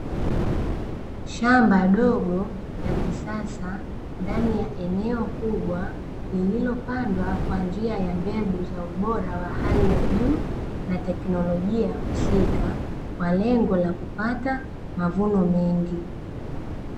Shamba dogo la kisasa, ndani ya eneo kubwa lililopandwa kwa njia ya mbegu za ubora wa hali ya juu, na teknolojia husika, kwa lengo la kupata mavuno mengi.